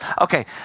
Okay